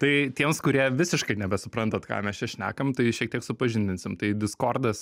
tai tiems kurie visiškai nebesuprantat ką mes čia šnekam tai šiek tiek supažindinsim tai diskordas